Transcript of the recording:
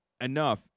enough